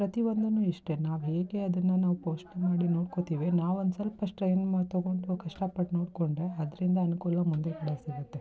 ಪ್ರತಿಯೊಂದೂ ಇಷ್ಟೆ ನಾವು ಹೇಗೆ ಅದನ್ನು ನಾವು ಪೋಷಣೆ ಮಾಡಿ ನೋಡ್ಕೊಳ್ತೀವಿ ನಾವೊಂದು ಸ್ವಲ್ಪ ಟೈಮ್ ತಗೊಂಡು ಕಷ್ಟ ಪಟ್ಟು ನೋಡಿಕೊಂಡ್ರೆ ಅದರಿಂದ ಅನುಕೂಲ ಮುಂದುಗಡೆ ಸಿಗುತ್ತೆ